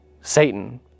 Satan